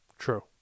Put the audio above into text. True